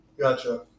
gotcha